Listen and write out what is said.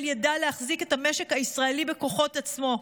ידע להחזיק את המשק הישראלי בכוחות עצמו,